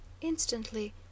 Instantly